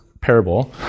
parable